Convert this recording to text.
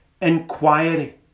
inquiry